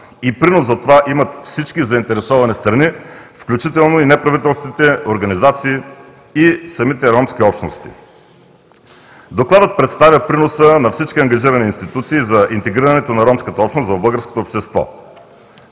и принос за това имат всички заинтересовани страни, включително и неправителствените организации и самите ромски общности. Докладът представя приноса на всички ангажирани институции за интегрирането на ромската общност в българското общество.